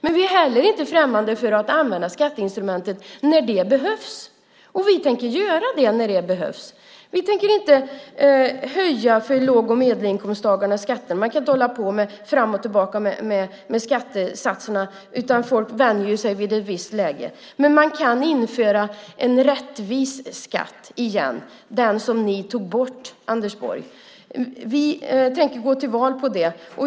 Men vi är inte heller främmande för att använda skatteinstrumentet när det behövs. Och vi tänker göra det när det behövs. Vi tänker inte höja skatter för låg och medelinkomsttagarna. Man kan inte hålla på fram och tillbaka med skattesatserna, för folk vänjer sig vid ett visst läge. Men man kan införa en rättvis skatt igen - den som ni tog bort, Anders Borg. Vi tänker gå till val på det.